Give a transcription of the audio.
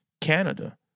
Canada